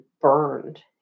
burned